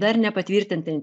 dar nepatvirtinta